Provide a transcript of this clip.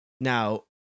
Now